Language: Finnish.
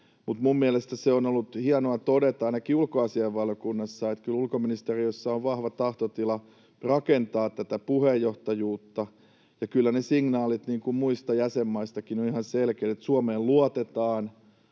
Mutta minun mielestäni on ollut hienoa todeta, ainakin ulkoasiainvaliokunnassa, että kyllä ulkoministeriössä on vahva tahtotila rakentaa tätä puheenjohtajuutta. Kyllä ne signaalit muistakin jäsenmaista ovat ihan selkeät: Suomeen luotetaan,